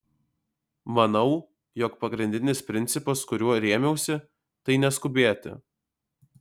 manau jog pagrindinis principas kuriuo rėmiausi tai neskubėti